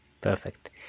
perfect